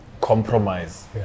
compromise